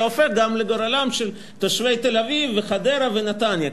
הופך גם לגורלם של תושבי תל-אביב וחדרה ונתניה,